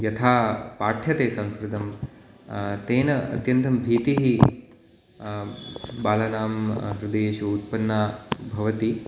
यथा पाठ्यते संस्कृतं तेन अत्यन्तं भीतिः बालानां हृदयेषु उत्पन्ना भवति